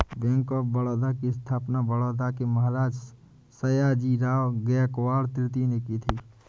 bank of Baroda की स्थापना बड़ौदा के महाराज सयाजीराव गायकवाड तृतीय ने की थी